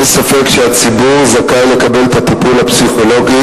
אין ספק שהציבור זכאי לקבל את הטיפול הפסיכולוגי